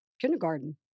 kindergarten